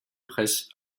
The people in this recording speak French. presse